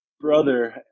brother